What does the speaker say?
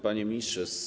Panie Ministrze!